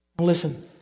Listen